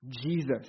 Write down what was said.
Jesus